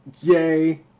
Yay